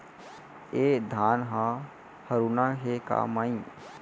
ए धान ह हरूना हे के माई?